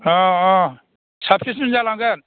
अ अ साबैसेसो जालांगोन